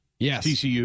Yes